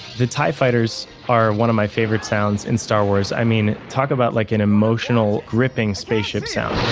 the tie fighters are one of my favorite sounds in star wars. i mean talk about like an emotional gripping spaceship sound